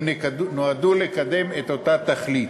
הם נועדו לקדם את אותה תכלית.